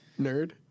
Nerd